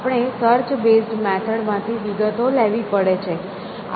આપણે search base method માંથી વિગતો લેવી પડે છે